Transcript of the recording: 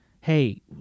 Hey